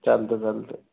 चालतं चालतं